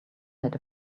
had